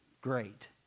great